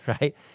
right